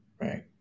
Right